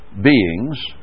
beings